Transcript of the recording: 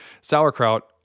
sauerkraut